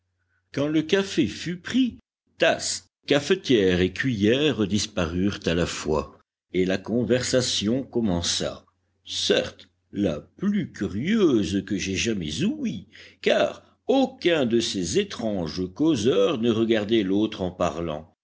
quand le café fut pris tasses cafetière et cuillers disparurent à la fois et la conversation commença certes la plus curieuse que j'aie jamais ouïe car aucun de ces étranges causeurs ne regardait l'autre en parlant